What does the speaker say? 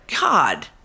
God